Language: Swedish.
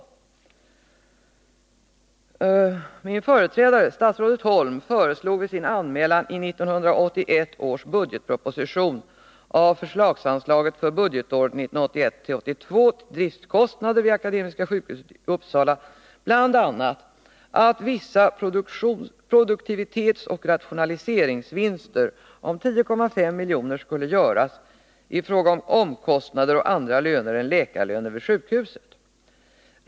Min företrädare statsrådet Holm föreslog vid sin anmälan i 1981 års budgetproposition av förslagsanslaget för budgetåret 1981/82 till driftskostnader vid Akademiska sjukhuset i Uppsala bl.a. att vissa produktivitetsoch rationaliseringsvinster om 10,5 milj.kr. skulle göras i fråga om omkostnader och andra löner än läkarlöner vid sjukhuset.